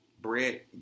Bread